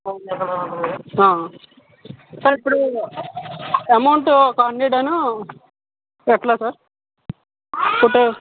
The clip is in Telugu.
సార్ ఇప్పుడు అమౌంట్ ఫైవ్ హండ్రేడు ను ఎట్లా సార్ ఫోటో